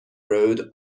road